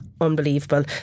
unbelievable